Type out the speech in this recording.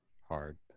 Hard